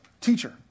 teacher